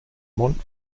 mont